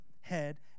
head